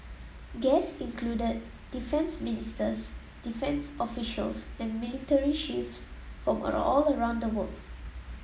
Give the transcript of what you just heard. guests included defence ministers defence officials and military chiefs from all around the world